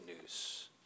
news